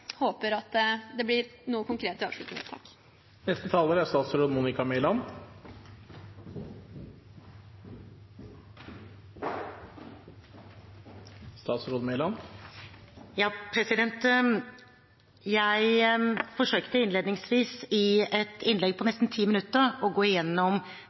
håper at det blir noe konkret i avslutningen i hvert fall. Jeg forsøkte innledningsvis i et innlegg på nesten 10 minutter å gå igjennom